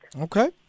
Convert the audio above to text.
Okay